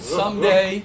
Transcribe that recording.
someday